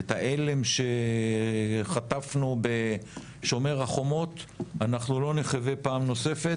ואת ההלם שחטפנו ב"שומר חומות" אנחנו לא נחווה פעם נוספת